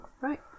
Right